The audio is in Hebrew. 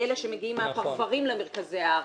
לאלה שמגיעים מהפרברים למרכזי הערים.